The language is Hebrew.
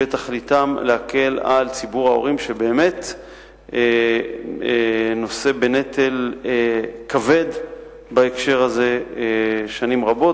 שתכליתם להקל על ציבור ההורים שבאמת נושא בנטל כבד בהקשר הזה שנים רבות,